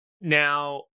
Now